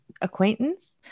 acquaintance